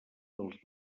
dels